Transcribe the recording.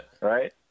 right